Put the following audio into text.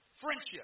Friendship